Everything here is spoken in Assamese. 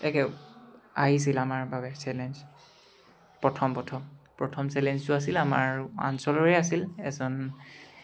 একে আহিছিল আমাৰ বাবে চেলেঞ্জ প্ৰথম প্ৰথম প্ৰথম চেলেঞ্জটো আছিল আমাৰ অঞ্চলৰে আছিল এজন